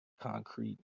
concrete